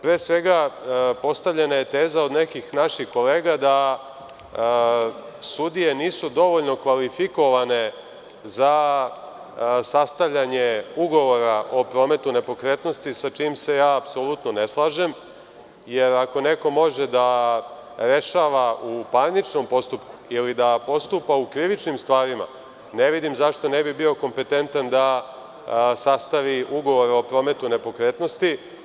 Pre svega, postavljena je teza od nekih naših kolega da sudije nisu dovoljno kvalifikovane za sastavljanje ugovora o prometu nepokretnosti sa čime se ja apsolutno ne slažem, jer ako neko može da rešava u parničnom postupku ili da postupa u krivičnim stvarima, ne vidim zašto ne bi bio kompetentan da sastavi ugovor o prometu nepokretnosti.